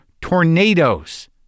tornadoes